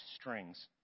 strings